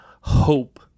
hope